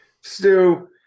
Stu